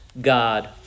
God